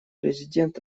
президент